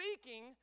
speaking